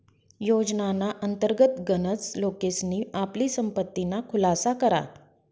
योजनाना अंतर्गत गनच लोकेसनी आपली संपत्तीना खुलासा करा